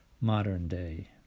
modern-day